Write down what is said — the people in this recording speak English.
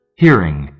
hearing